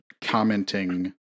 commenting